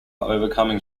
overcoming